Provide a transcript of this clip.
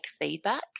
feedback